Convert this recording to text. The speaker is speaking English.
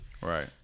Right